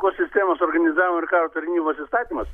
kuo sistemos organizavimo ir karo tarnybos įstatymas